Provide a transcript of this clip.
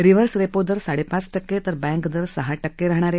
reverse repo दर साडेपाच टक्के तर बँक दर सहा टक्के राहणार आहे